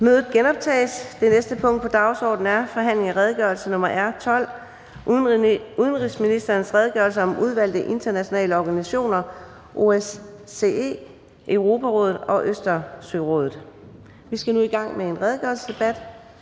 (Kl. 09:34). --- Det næste punkt på dagsordenen er: 2) Forhandling om redegørelse nr. R 12: Udenrigsministerens redegørelse om udvalgte internationale organisationer (OSCE, Europarådet og Østersørådet). (Anmeldelse 15.03.2024. Redegørelse